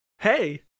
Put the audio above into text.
hey